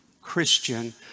Christian